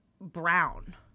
Brown